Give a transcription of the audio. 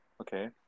Okay